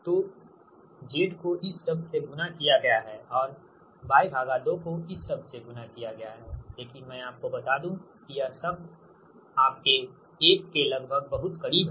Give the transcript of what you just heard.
तो Z को इस शब्द से गुणा किया गया है और Y2 को इस शब्द से गुणा किया गया है लेकिन मैं आपको बता दूं कि यह शब्द और यह शब्द आपके 1 के लगभग बहुत करीब हैं